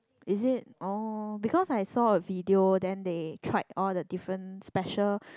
is it oh because I saw a video then they tried all the different special